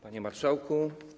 Panie Marszałku!